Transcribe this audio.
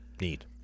Neat